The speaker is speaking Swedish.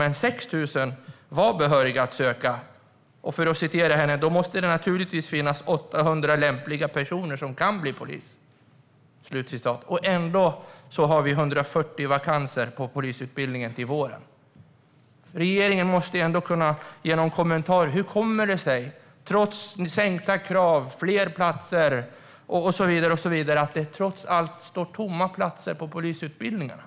Men 6 000 var behöriga, och för att citera Betty Rohdin: "Då måste det naturligtvis finnas 800 lämpliga personer som kan bli polis." Ändå har vi till våren 140 vakanser på polisutbildningen. Regeringen måste ändå kunna ge någon kommentar. Hur kommer det sig att det trots sänkta krav, fler platser och så vidare finns tomma platser på polisutbildningarna?